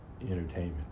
entertainment